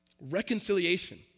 reconciliation